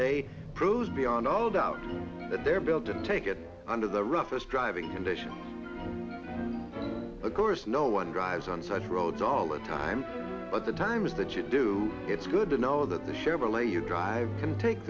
day proves beyond all doubt that they're built to take it under the roughest driving conditions of course no one drives on such roads all the time but the times that you do it's good to know that the chevrolet you drive and take